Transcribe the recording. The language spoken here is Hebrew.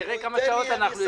תראה כמה שעות אנחנו יושבים.